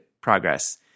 progress